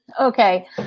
Okay